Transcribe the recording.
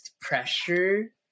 pressure